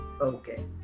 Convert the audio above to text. okay